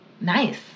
Nice